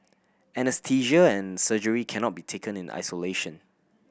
anaesthesia and surgery cannot be taken in isolation